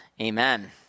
Amen